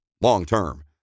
long-term